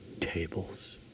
tables